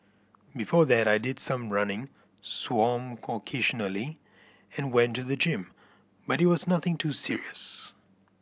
before that I did some running swam occasionally and went to the gym but it was nothing too serious